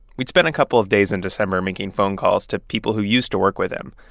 we'd spent a couple of days in december making phone calls to people who used to work with him.